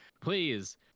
please